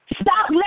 Stop